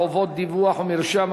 חובות דיווח ומרשם),